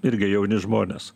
irgi jauni žmonės